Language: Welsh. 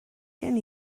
gen